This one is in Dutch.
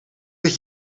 dat